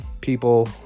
people